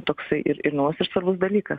toksai ir ir naujas ir svarbus dalykas